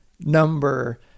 number